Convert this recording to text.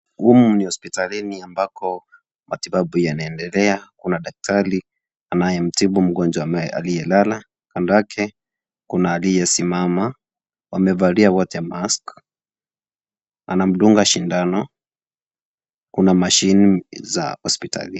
Humu ni hospitalini ambapo matibabu yanaendelea kuna daktari anae mtibu mgonjwa alie lala kando yake kuna aliesimama wamevalia wote mask anamdunga shindano kuna mashini za hospitali.